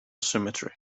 symmetry